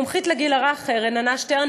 מומחית לגיל הרך רננה שטרן,